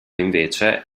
invece